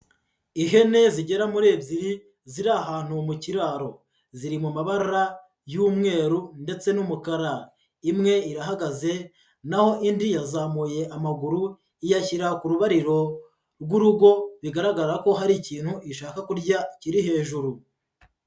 Ihene zigera muri ebyiri, ziri ahantu mu kiraro, ziri mu mabara y'umweru ndetse n'umukara. Imwe irahagaze naho indi yazamuye amaguru, iyashyira ku rubariro rw'urugo, bigaragara ko hari ikintu ishaka kurya kiri hejuru.